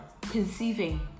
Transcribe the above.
Conceiving